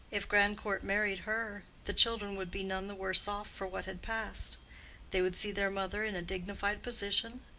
if grandcourt married her, the children would be none the worse off for what had passed they would see their mother in a dignified position,